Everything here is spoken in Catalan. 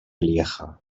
lieja